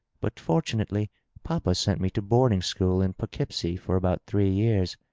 but fortunately papa sent me to boarding school in pough keepsie for about three years.